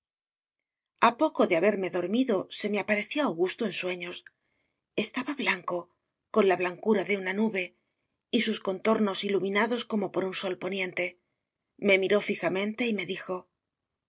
a poco de haberme dormido se me apareció augusto en sueños estaba blanco con la blancura de una nube y sus contornos iluminados como por un sol poniente me miró fijamente y me dijo